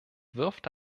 wirft